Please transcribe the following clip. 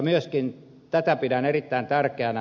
myöskin tätä pidän erittäin tärkeänä